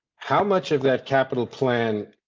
how much of that capital plan.